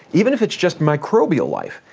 even if it's just microbial life,